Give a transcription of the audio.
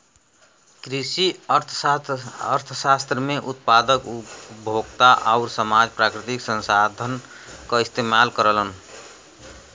कृषि अर्थशास्त्र में उत्पादक, उपभोक्ता आउर समाज प्राकृतिक संसाधन क इस्तेमाल करलन